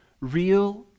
real